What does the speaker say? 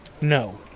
No